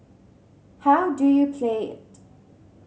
how do you play it